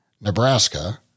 Nebraska